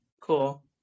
cool